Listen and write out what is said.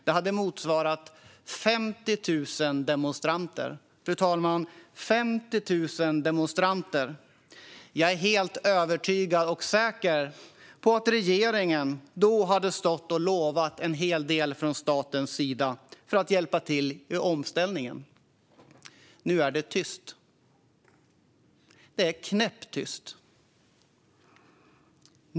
Det hade motsvarat 50 000 demonstranter - 50 000 demonstranter, fru talman! Jag är helt övertygad om att regeringen då hade stått och lovat en hel del från statens sida för att hjälpa till i omställningen. Nu är det tyst. Det är knäpptyst.